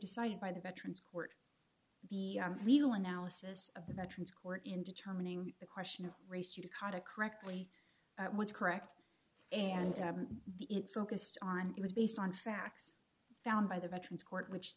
decided by the veterans court be a legal analysis of the veterans court in determining the question of race you caught it correctly what's correct and it focused on it was based on facts found by the veterans court which